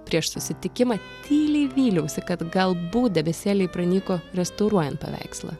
prieš susitikimą tyliai vyliausi kad galbūt debesėliai pranyko restauruojant paveikslą